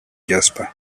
jasper